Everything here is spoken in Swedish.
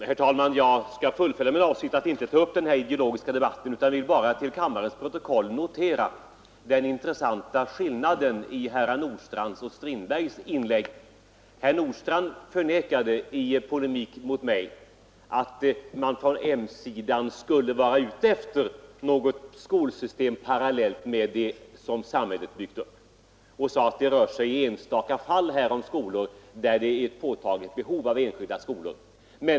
Herr talman! Jag skall fullfölja min avsikt att inte ta upp den ideologiska debatten; jag vill bara till kammarens protokoll få noterad den intressanta skillnaden i herrar Nordstrandhs och Strindbergs inlägg. Herr Nordstrandh förnekade i polemik mot mig att man på m-sidan skulle vara ute efter ett skolsystem parallellt med det som samhället byggt upp. Han sade att det rörde sig om enstaka fall där det fanns ett påtagligt behov av enskilda skolor.